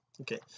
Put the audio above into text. okay